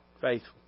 Faithful